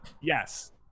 Yes